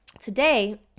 today